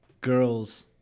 girls